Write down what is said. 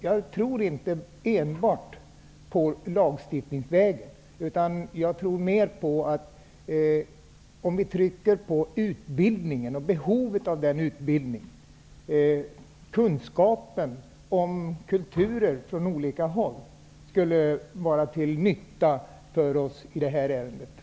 Jag tror inte på enbart lagstiftning, utan jag tror mer på att utbildning och kunskap om olika kulturer skulle vara till nytta för oss i detta sammanhang.